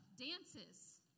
dances